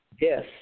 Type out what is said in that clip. Yes